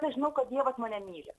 aš žinau kad dievas mane myli